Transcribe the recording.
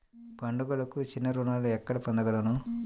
పండుగలకు చిన్న రుణాలు ఎక్కడ పొందగలను?